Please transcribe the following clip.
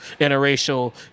interracial